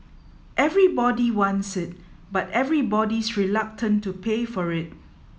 everybody wants it but everybody's reluctant to pay for it